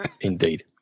Indeed